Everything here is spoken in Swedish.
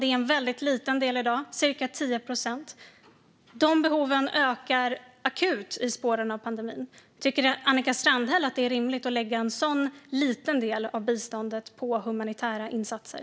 Det är en väldigt liten del i dag, cirka 10 procent. De behoven ökar akut i spåren av pandemin. Tycker Annika Strandhäll att det är rimligt att lägga en sådan liten del av biståndet på humanitära insatser?